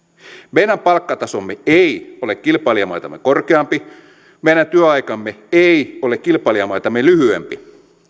meidän palkkatasomme ei ole kilpailijamaitamme korkeampi meidän työaikamme ei ole kilpailijamaitamme lyhyempi